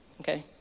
okay